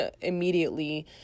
immediately